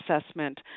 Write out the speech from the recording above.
assessment